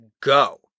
go